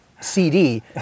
CD